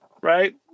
right